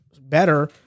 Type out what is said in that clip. better